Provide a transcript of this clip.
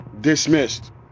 Dismissed